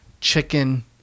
chicken